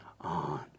on